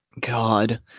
God